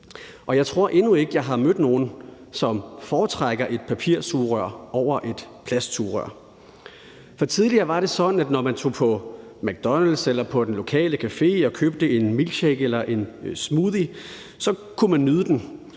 Jeg tror ikke, at jeg endnu har mødt nogen, der foretrækker et papirsugerør frem for et plastsugerør. Tidligere var det sådan, at når man tog på McDonald's eller på den lokale café og købte en milkshake eller en smoothie, kunne man nyde den,